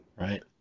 Right